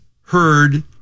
heard